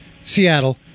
Seattle